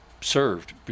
served